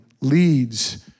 leads